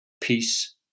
peace